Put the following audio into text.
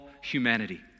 humanity